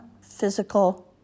physical